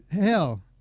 Hell